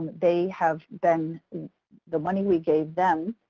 they have been the money we gave them,